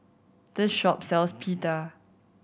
this shop sells Pita